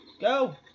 go